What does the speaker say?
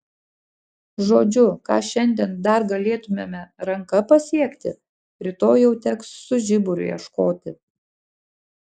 žodžiu ką šiandien dar galėtumėme ranka pasiekti rytoj jau teks su žiburiu ieškoti